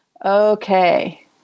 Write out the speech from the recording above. Okay